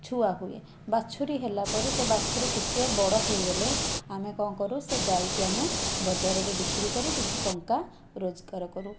ଛୁଆ ହୁଏ ବାଛୁରୀ ହେଲାପରେ ସେ ବାଛୁରୀ ଟିକିଏ ବଡ଼ ହେଇଗଲେ ଆମେ କ'ଣ କରୁ ସେ ଗାଈ କି ଆମେ ବଜାରରେ ବିକ୍ରିକରି କିଛି ଟଙ୍କା ରୋଜଗାର କରୁ